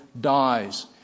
dies